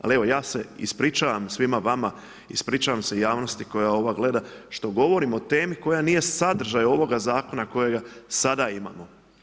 Ali evo, ja se ispričavam svima vama, ispričavam se javnosti koja ovo gleda što govorim o temi koja nije sadržaj ovoga Zakona kojega sada imamo.